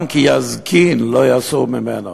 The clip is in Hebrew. גם כי יזקין לא יסור ממנה.